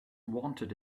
wanted